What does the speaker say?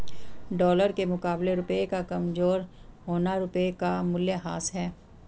dollar के मुकाबले रुपए का कमज़ोर होना रुपए का मूल्यह्रास है